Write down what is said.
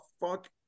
fuck